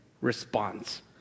response